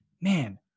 man